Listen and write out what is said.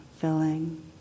filling